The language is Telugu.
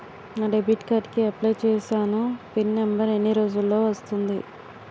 నా డెబిట్ కార్డ్ కి అప్లయ్ చూసాను పిన్ నంబర్ ఎన్ని రోజుల్లో వస్తుంది?